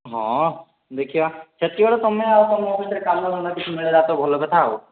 ହଁ ଦେଖିବା ସେତିକିବେଳେ ତୁମେ ଆଉ ମୋ ଭିତରେ କାମ ଧନ୍ଦା କିଛି ମିଳିଗଲା ଭଲ କଥା